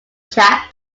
chap